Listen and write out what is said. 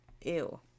ew